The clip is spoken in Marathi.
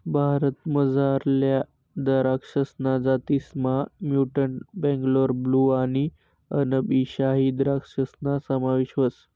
भारतमझारल्या दराक्षसना जातीसमा म्युटंट बेंगलोर ब्लू आणि अनब ई शाही द्रक्षासना समावेश व्हस